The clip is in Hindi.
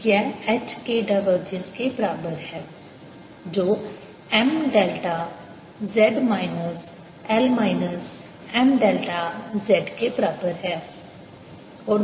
यह H के डाइवर्जेंस के बराबर है जो M delta z minus L minus M delta z के बराबर है